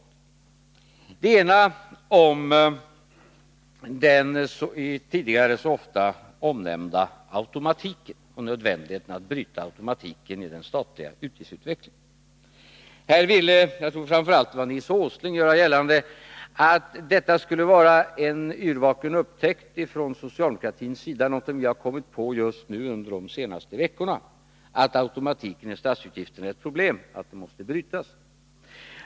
Det ena gäller den tidigare så ofta omnämnda nödvändigheten att bryta automatiken i den statliga utgiftsutvecklingen. Jag tror att det var framför allt Nils Åsling som ville göra gällande att detta skulle vara en yrvaken upptäckt från socialdemokratins sida, någonting som vi har kommit på just nu under de senaste veckorna, att automatiken i statsutgifterna är ett problem och att den måste brytas.